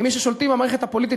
כמי ששולטים במערכת הפוליטית,